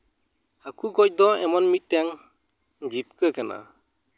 ᱦᱟᱹᱠᱩ ᱜᱚᱡ ᱫᱚ ᱮᱢᱚᱱ ᱢᱤᱫᱴᱮᱱ ᱡᱤᱵᱽᱠᱟᱹ ᱠᱟᱱᱟ